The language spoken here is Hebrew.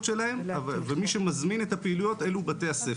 שלהם ומי שמזמין את הפעילויות אלו בתי הספר.